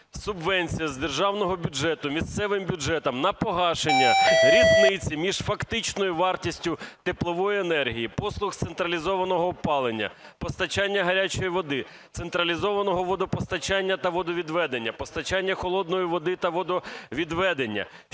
"Субвенція з державного бюджету місцевим бюджетам на погашення різниці між фактичною вартістю теплової енергії, послуг централізованого опалення, постачання гарячої води, централізованого водопостачання та водовідведення, постачання холодної води та водовідведення,